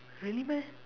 really meh